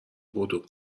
بدو